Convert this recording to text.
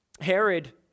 Herod